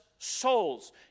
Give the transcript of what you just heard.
Souls